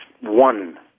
one